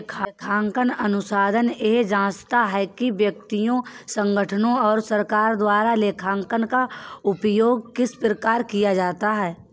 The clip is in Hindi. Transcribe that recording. लेखांकन अनुसंधान यह जाँचता है कि व्यक्तियों संगठनों और सरकार द्वारा लेखांकन का उपयोग किस प्रकार किया जाता है